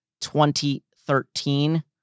2013